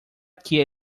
que